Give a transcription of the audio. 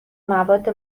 مواد